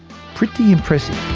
pretty impressive.